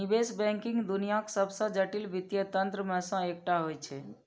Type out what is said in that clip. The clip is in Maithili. निवेश बैंकिंग दुनियाक सबसं जटिल वित्तीय तंत्र मे सं एक होइ छै